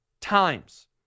times